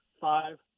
five –